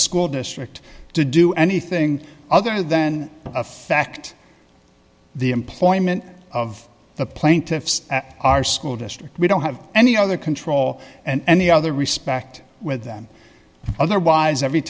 school district to do anything other than a fact the employment of the plaintiffs our school district we don't have any other control and the other respect with them otherwise every